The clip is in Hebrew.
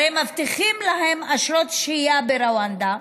הרי מבטיחים להם אשרות שהייה ברואנדה,